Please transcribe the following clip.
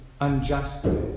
unjustly